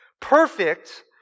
Perfect